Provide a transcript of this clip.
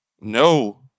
no